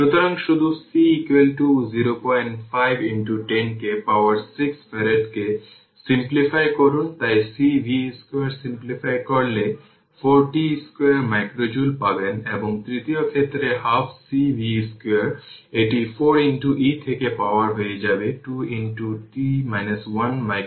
সুতরাং শুধু C 05 10 কে পাওয়ার 6 ফ্যারাডকে সিম্পলিফাই করুন তাই C v2 সিম্পলিফাই করলে 4 t 2 মাইক্রোজুল পাবেন এবং তৃতীয় ক্ষেত্রে হাফ C v2 এটি 4 e থেকে পাওয়ার হয়ে যাবে 2 t 1 মাইক্রো জুল